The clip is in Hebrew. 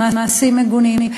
במעשים מגונים,